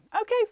Okay